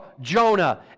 Jonah